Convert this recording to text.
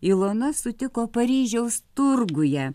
ilona sutiko paryžiaus turguje